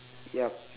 yup